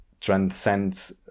transcends